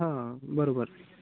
हां बरोबर